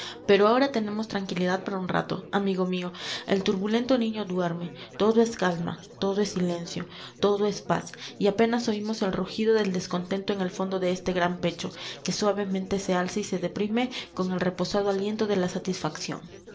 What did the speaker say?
pero ahora tenemos tranquilidad para un rato amigo mío el turbulento niño duerme todo es calma todo es silencio todo es paz y apenas oímos el rugido del descontento en el fondo de este gran pecho que suavemente se alza y se deprime con el reposado aliento de la satisfacción